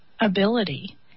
ability